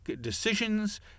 decisions